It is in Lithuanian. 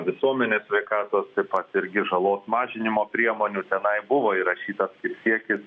visuomenės sveikatos taip pat irgi žalos mažinimo priemonių tenai buvo įrašytas kaip siekis